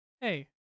Hey